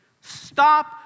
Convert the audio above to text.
Stop